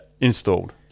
installed